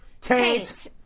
taint